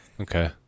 Okay